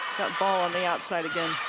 ball on the outside.